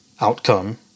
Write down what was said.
outcome